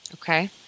Okay